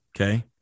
okay